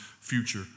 future